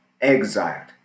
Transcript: exiled